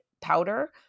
powder